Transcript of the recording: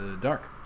Dark